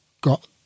got